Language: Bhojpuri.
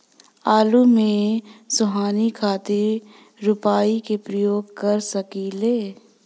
आलू में सोहनी खातिर खुरपी के प्रयोग कर सकीले?